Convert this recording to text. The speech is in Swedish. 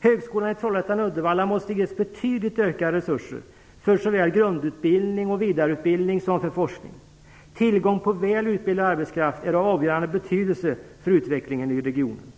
Högskolan i Trollhättan/Uddevalla måste ges betydligt ökade resurser för såväl grundutbildning och vidareutbildning som forskning. Tillgång på väl utbildad arbetskraft är av avgörande betydelse för utvecklingen i regionen.